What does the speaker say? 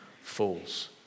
fools